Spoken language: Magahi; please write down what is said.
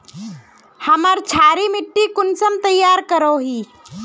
हमार क्षारी मिट्टी कुंसम तैयार करोही?